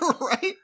Right